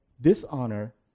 dishonor